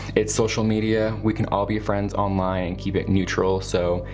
it's social media, we can all be friends online, keep it neutral. so,